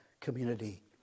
community